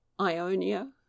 Ionia